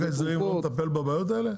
החוק לא מטפל בבעיות האלה?